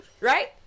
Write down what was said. right